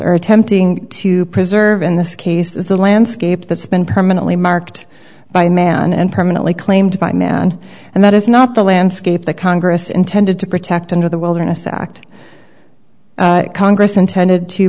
are attempting to preserve in this case is the landscape that's been permanently marked by man and permanently claimed by man and that is not the landscape that congress intended to protect under the wilderness act congress intended to